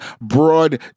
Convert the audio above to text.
broad